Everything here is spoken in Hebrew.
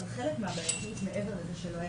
אבל חלק מהבעייתיות מעבר לזה שלא היה